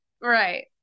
Right